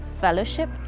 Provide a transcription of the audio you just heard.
fellowship